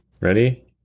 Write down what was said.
Ready